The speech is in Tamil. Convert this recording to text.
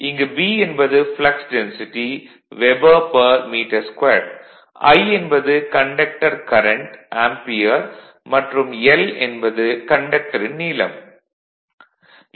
இங்கு B என்பது flux density weber per metre square Wbm2 I என்பது கண்டக்டர் கரண்ட் ஆம்பியர் மற்றும் l என்பது கண்டக்டரின் நீளம் மீட்டர்